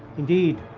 indeed,